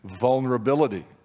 vulnerability